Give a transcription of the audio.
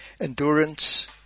Endurance